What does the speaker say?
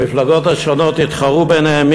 המפלגות השונות התחרו ביניהן,